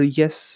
yes